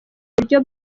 buryo